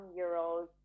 euros